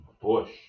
Bush